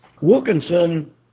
Wilkinson